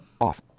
Off